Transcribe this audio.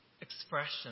expression